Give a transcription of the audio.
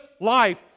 life